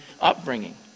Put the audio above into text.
upbringing